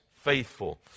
faithful